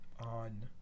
on